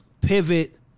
pivot